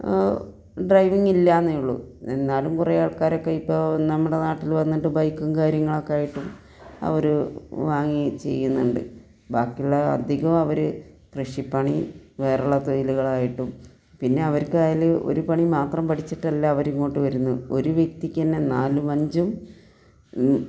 driving ഇല്ലാ എന്നേ ഉള്ളു എന്നാലും കുറേ ആൾക്കാരൊക്കെ ഇപ്പോൾ നമ്മുടെ നാട്ടിൽ വന്നിട്ട് ബൈക്കും കാര്യങ്ങളൊക്കെ ആയിട്ടും അവർ വാങ്ങി ചെയ്യുന്നുണ്ട് ബാക്കിയുള്ള അധികം അവർ കൃഷിപ്പണി വേറെയുള്ള തൊഴിലുകളായിട്ടും പിന്നെ അവർക്ക് അതിന് ഒരു പണി മാത്രം പഠിച്ചിട്ടല്ല അവർ ഇങ്ങോട്ട് വരുന്നത് ഒരു വ്യക്തിക്ക് തന്നെ നാലും അഞ്ചും